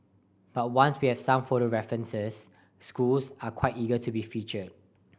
but once we have some photo references schools are quite eager to be featured